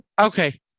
Okay